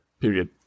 period